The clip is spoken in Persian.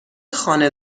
خانه